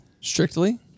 Strictly